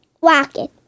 Rocket